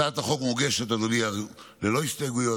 הצעת החוק מוגשת, אדוני, ללא הסתייגויות.